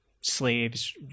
slaves